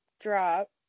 drop